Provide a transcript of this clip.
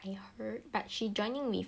I heard but she joining with